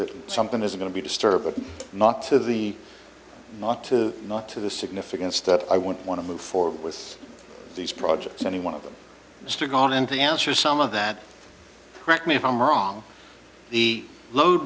that something is going to be disturbed but not to the not to not to the significance that i want want to move forward with these projects any one of them stood on end to answer some of that correct me if i'm wrong the load